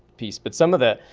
piece. but some of the,